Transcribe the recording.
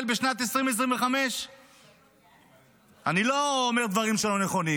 בשנת 2025. אני לא אומר דברים לא נכונים.